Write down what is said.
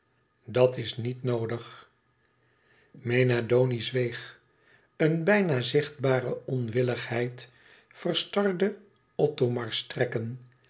dat is niet noodig mena doni zweeg een bijna zichtbare onwilligheid verstarde